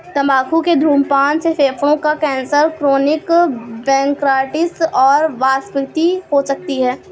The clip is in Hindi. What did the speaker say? तंबाकू के धूम्रपान से फेफड़ों का कैंसर, क्रोनिक ब्रोंकाइटिस और वातस्फीति हो सकती है